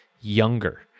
younger